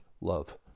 love